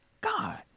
God